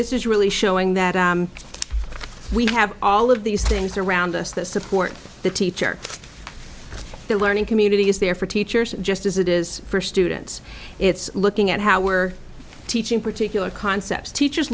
this is really showing that we have all of these things around us that support the teacher the learning community is there for teachers just as it is for students it's looking at how we're teaching particular concepts teachers